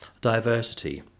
diversity